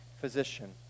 physician